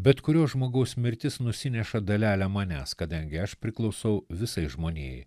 bet kurio žmogaus mirtis nusineša dalelę manęs kadangi aš priklausau visai žmonijai